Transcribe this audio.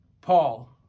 Paul